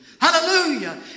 Hallelujah